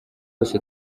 wose